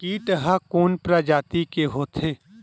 कीट ह कोन प्रजाति के होथे?